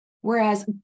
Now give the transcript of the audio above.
Whereas